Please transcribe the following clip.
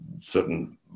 certain